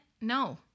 No